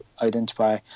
identify